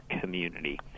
community